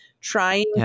Trying